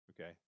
Okay